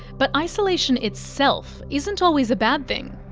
but isolation itself isn't always a bad thing.